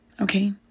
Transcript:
Okay